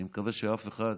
אני מקווה שאף אחד,